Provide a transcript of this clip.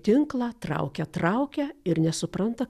tinklą traukia traukia ir nesupranta